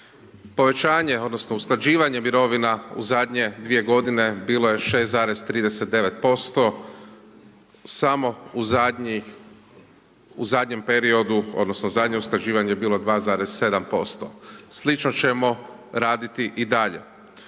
Povećanje, odnosno usklađivanje mirovina u zadnje 2 godine bilo je 6,39% samo u zadnjem periodu, odnosno zadnje usklađivanje je bilo 2,7%. Slično ćemo raditi i dalje.